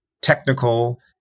technical